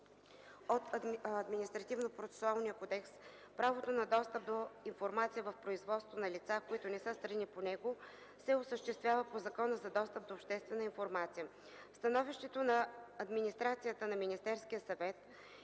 кодекс правото на достъп до информацията в производството на лица, които не са страни по него, се осъществява по Закона за достъп до обществена информация”. В становището си